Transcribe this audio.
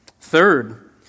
Third